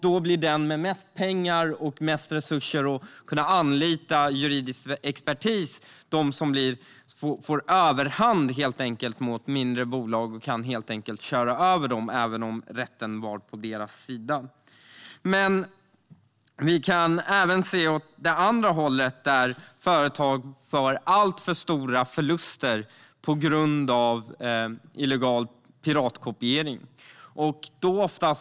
Då blir det den med mest pengar och resurser som kan anlita juridisk expertis som får övertag mot mindre bolag och kan köra över dem, även om rätten var på de mindre företagens sida. Företag kan också göra alltför stora förluster på grund av illegal piratkopiering.